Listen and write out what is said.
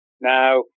Now